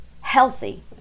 healthy